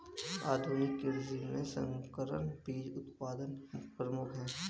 आधुनिक कृषि में संकर बीज उत्पादन प्रमुख है